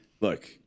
look